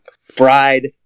fried